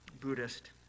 Buddhist